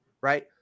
right